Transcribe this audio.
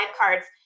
cards